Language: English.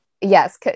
Yes